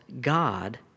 God